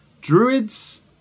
druids